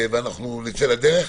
ונצא לדרך.